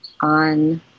on